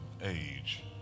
age